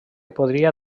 podria